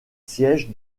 siège